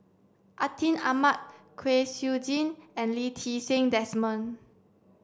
Atin Amat Kwek Siew Jin and Lee Ti Seng Desmond